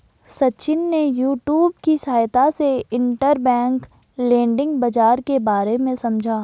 सचिन ने यूट्यूब की सहायता से इंटरबैंक लैंडिंग बाजार के बारे में समझा